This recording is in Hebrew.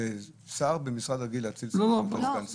לשר במשרד רגיל להאציל סמכות לסגן שר.